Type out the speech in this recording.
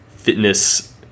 fitness